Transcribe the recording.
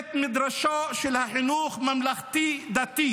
מבית המדרש של החינוך הממלכתי-דתי.